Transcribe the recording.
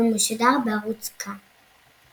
והוא משודר בערוץ כאן.